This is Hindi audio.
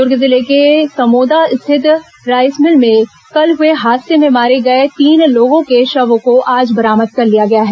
दुर्ग जिले के समोदा स्थित राइस मिल में कल हुए हादसे में मारे गए तीन लोगों के शवों को आज बरामद कर लिया गया है